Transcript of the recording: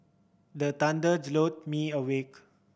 the thunder me awake